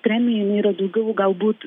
premija yra daugiau galbūt